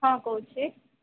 ହଁ କହୁଛି